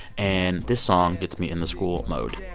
and this song gets me in the school mode.